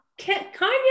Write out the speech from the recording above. Kanye